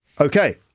Okay